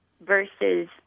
versus